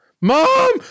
Mom